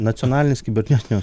nacionalinis kibernetinio